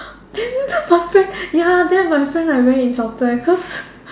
then my friend ya then my friend like very insulted leh cause